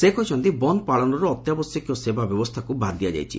ସେ କହିଛନ୍ତି ବନ୍ଦ ପାଳନରୁ ଅତ୍ୟାବଶ୍ୟକୀୟ ସେବା ବ୍ୟବସ୍ରାକୁ ବାଦ ଦିଆଯାଇଛି